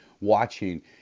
watching